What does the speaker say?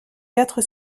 quatre